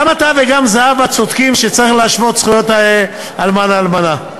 גם אתה וגם זהבה צודקים שצריך להשוות זכויות אלמן ואלמנה,